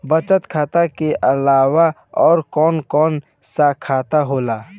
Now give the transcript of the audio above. बचत खाता कि अलावा और कौन कौन सा खाता होला?